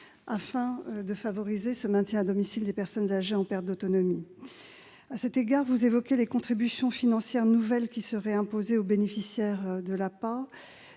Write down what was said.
afin de favoriser le soutien à domicile des personnes âgées en perte d'autonomie. À cet égard, vous évoquez des contributions financières nouvelles qui seraient imposées aux bénéficiaires de l'APA.